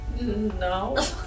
No